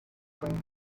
faint